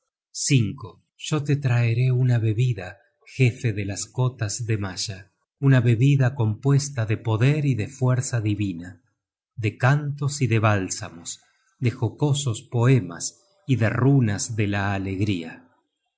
at yo te traeré una bebida jefe de las cotas de malla una bebida compuesta de poder y de fuerza divina de cantos y de bálsamos de jocosos poemas y de runas de la alegría